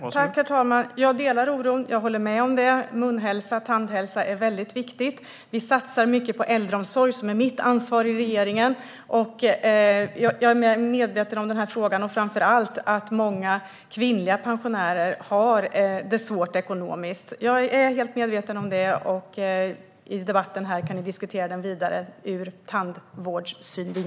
Herr talman! Jag delar oron och håller med om att mun och tandhälsa är viktigt. Vi satsar mycket på äldreomsorg, vilket är mitt ansvar i regeringen. Jag är väl medveten om frågan och att framför allt många kvinnliga pensionärer har det svårt ekonomiskt. Frågan kan diskuteras vidare, även ur tandvårdssynvinkel, i den efterföljande debatten.